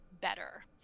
better